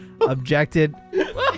objected